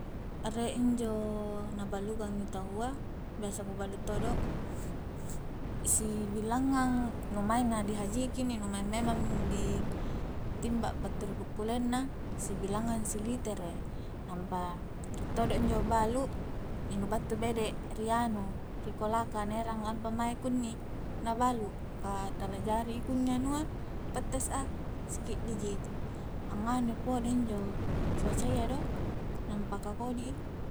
Rie injo na balukang i tau a biasa ku balu todo si bilangngang nu maing a dihajiki inni nu maing memang di timba battu ri bukkuleng na sibilangngang si litere nampa rie todo injo a'balu nu battu bede ri anu ri kolaka na erang lampa mae kunni na balu ka tala jari i kunni anua pettes a sikiddi ji angnganu pole injo cuaca iya do na paka kodi i